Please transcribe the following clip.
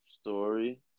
story